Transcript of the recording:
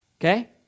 Okay